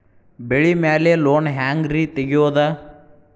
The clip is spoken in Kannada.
ಬೆಳಿ ಮ್ಯಾಲೆ ಲೋನ್ ಹ್ಯಾಂಗ್ ರಿ ತೆಗಿಯೋದ?